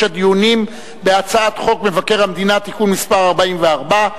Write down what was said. הדיונים בהצעת חוק מבקר המדינה (תיקון מס' 44),